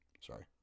Sorry